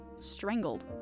Strangled